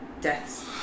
deaths